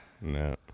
no